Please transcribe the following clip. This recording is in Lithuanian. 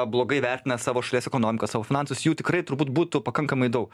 blogai vertina savo šalies ekonomiką savo finansus jų tikrai turbūt būtų pakankamai daug